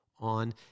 on